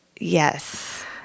Yes